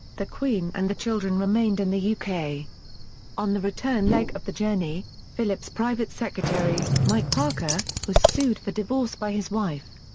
the queen and the children remained in the yeah uk. on the return leg of the journey, philip's private secretary, mike parker, was sued for divorce by his wife.